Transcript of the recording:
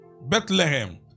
Bethlehem